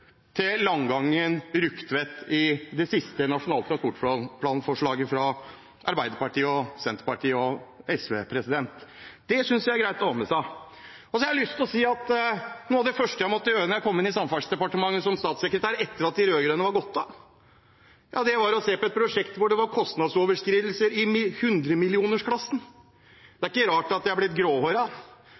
kroner til Langangen–Rugtvedt i det siste forslaget til Nasjonal transportplan fra Arbeiderpartiet, Senterpartiet og SV. Det synes jeg det er greit å ha med seg. Noe av det første jeg måtte gjøre da jeg kom inn i Samferdselsdepartementet som statssekretær etter at de rød-grønne var gått av, var å se på et prosjekt hvor det var kostnadsoverskridelser i hundremillionersklassen. Det er ikke rart jeg har blitt gråhåret. Det er